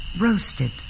roasted